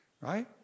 Right